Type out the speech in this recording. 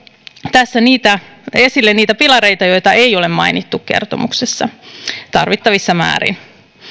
tässä esille niitä pilareita joita ei ole mainittu kertomuksessa tarvittavissa määrin